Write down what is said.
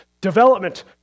development